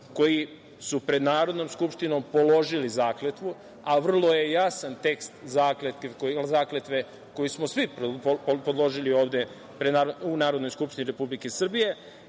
koji su pred Narodnom skupštinom položili zakletvu, a vrlo je jasan tekst zakletve koju smo svi položili ovde u Narodnoj skupštini Republike Srbije. Da